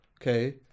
Okay